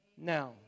now